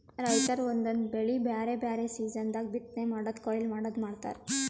ರೈತರ್ ಒಂದೊಂದ್ ಬೆಳಿ ಬ್ಯಾರೆ ಬ್ಯಾರೆ ಸೀಸನ್ ದಾಗ್ ಬಿತ್ತನೆ ಮಾಡದು ಕೊಯ್ಲಿ ಮಾಡದು ಮಾಡ್ತಾರ್